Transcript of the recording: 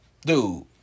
Dude